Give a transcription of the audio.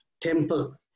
temple